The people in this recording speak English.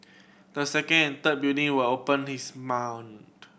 the second and third building will open his